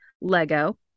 Lego